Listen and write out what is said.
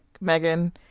Megan